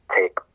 take